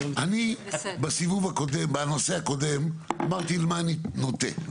אני בנושא הקודם אמרתי למה אני נוטה.